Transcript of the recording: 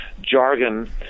jargon